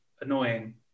annoying